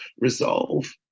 resolve